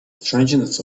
strangeness